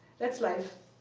that's life.